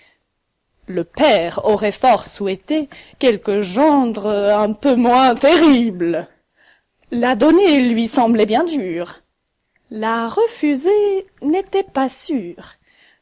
le père aurait fort souhaité quelque gendre un peu moins terrible la donner lui semblait bien dur la refuser n'était pas sûr